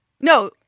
No